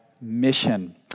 mission